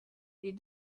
les